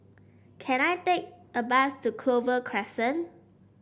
can I take a bus to Clover Crescent